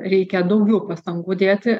reikia daugiau pastangų dėti